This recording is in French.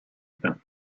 pain